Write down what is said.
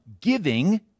giving